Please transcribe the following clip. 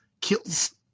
kills